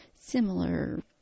similar